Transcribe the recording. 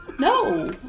No